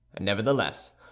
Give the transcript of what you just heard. Nevertheless